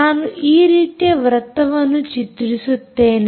ನಾನು ಈ ರೀತಿ ವೃತ್ತವನ್ನು ಚಿತ್ರಿಸುತ್ತೇನೆ